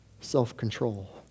Self-control